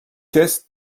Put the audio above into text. caisse